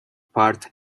part